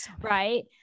Right